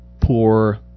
poor